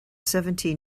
seventeen